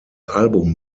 album